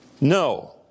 No